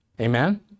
amen